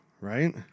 right